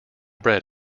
bread